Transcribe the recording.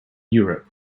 europe